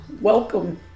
welcome